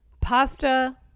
Pasta